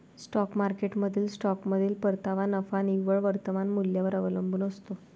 stock मार्केटमधील स्टॉकमधील परतावा नफा निव्वळ वर्तमान मूल्यावर अवलंबून असतो